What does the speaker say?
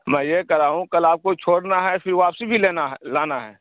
میں یہ کہہ رہا ہوں کل آپ کو چھوڑنا ہے پھر واپسی بھی لینا ہے لانا ہے